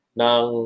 ng